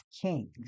kings